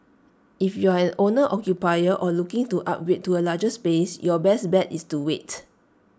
if you are an owner occupier or looking to upgrade to A larger space your best bet is to wait